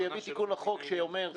שיביא תיקון לחוק שאומר,